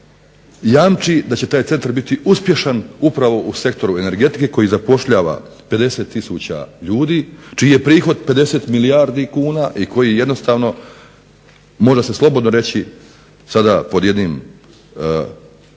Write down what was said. jamči da će taj centar biti uspješan upravo u sektoru energetike koji zapošljava 50 tisuća ljudi čiji je 50 milijardi kuna i koji jednostavno može se slobodno reći sada pod jednim